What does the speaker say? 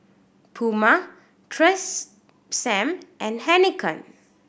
Puma Tresemme and Heinekein